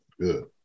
good